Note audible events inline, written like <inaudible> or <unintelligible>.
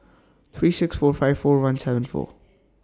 three six four five four one <unintelligible> four